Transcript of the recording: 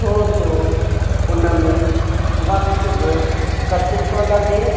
छो जो उनमें वक़्तु बि घटि थो लॻे